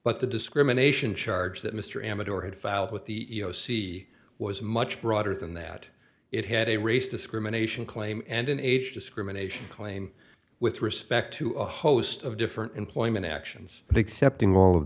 but the discrimination charge that mr amador had filed with the e e o c was much broader than that it had a race discrimination claim and an age discrimination claim with respect to a host of different employment actions except in all of